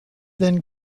than